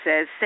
says